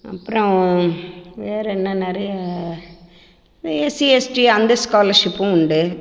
அப்புறம் வேற என்னென்ன நிறையா இந்த எஸ்சி எஸ்டி அந்த ஸ்காலர்ஷிப்பும் உண்டு